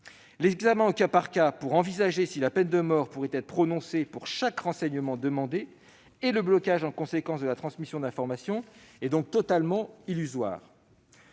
L'examen au cas par cas, pour envisager si la peine de mort pourrait être prononcée pour chaque renseignement demandé, et le blocage en conséquence de la transmission d'informations sont totalement illusoires.